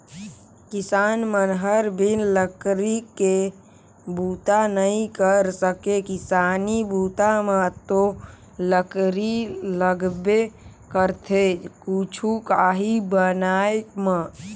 किसान मन हर बिन लकरी के बूता नइ कर सके किसानी बूता म तो लकरी लगबे करथे कुछु काही बनाय म